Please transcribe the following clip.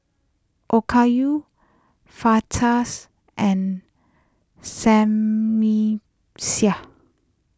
Okayu Fajitas and Sammy